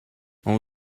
all